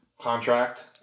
contract